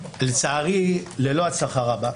לצערי, ללא הצלחה רבה.